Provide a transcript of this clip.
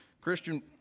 Christian